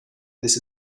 this